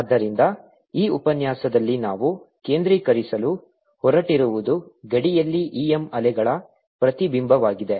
ಆದ್ದರಿಂದ ಈ ಉಪನ್ಯಾಸದಲ್ಲಿ ನಾವು ಕೇಂದ್ರೀಕರಿಸಲು ಹೊರಟಿರುವುದು ಗಡಿಯಲ್ಲಿ EM ಅಲೆಗಳ ಪ್ರತಿಬಿಂಬವಾಗಿದೆ